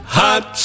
hot